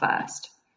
first